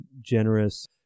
generous